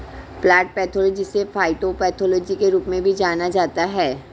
plant pathology जिसे phytopathology के रूप में भी जाना जाता है